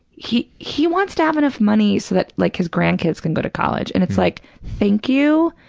he he wants to have enough money so that like his grandkids can go to college, and it's like, thank you,